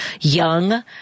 young